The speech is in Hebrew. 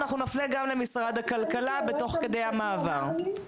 אנחנו נפנה גם למשרד הכלכלה תוך כדי המעבר.